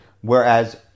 Whereas